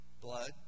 blood